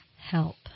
help